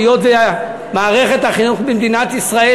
היות שמערכת החינוך היהודי במדינת ישראל